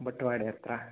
ಬಟವಾಡೆ ಹತ್ರ